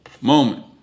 moment